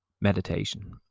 meditation